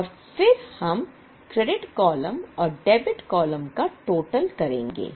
और फिर हम क्रेडिट कॉलम और डेबिट कॉलम का टोटल लेंगे